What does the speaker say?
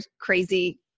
crazy